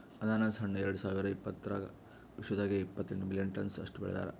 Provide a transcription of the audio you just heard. ಅನಾನಸ್ ಹಣ್ಣ ಎರಡು ಸಾವಿರ ಇಪ್ಪತ್ತರಾಗ ವಿಶ್ವದಾಗೆ ಇಪ್ಪತ್ತೆಂಟು ಮಿಲಿಯನ್ ಟನ್ಸ್ ಅಷ್ಟು ಬೆಳದಾರ್